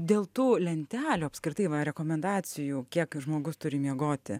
dėl tų lentelių apskritai rekomendacijų kiek žmogus turi miegoti